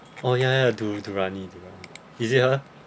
oh ya ya du~ durani durani is it her